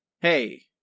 hey